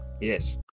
yes